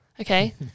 Okay